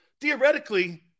theoretically